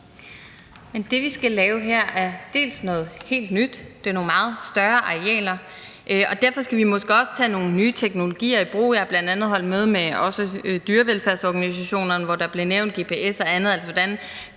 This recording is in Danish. Det, vi skal lave her, er noget helt nyt, og der er tale om nogle meget større arealer, og derfor skal vi måske også tage nogle nye teknologier i brug. Jeg har bl.a. også holdt møde med dyrevelfærdsorganisationerne, hvor der blev nævnt gps og andet